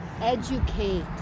Educate